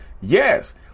Yes